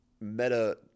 Meta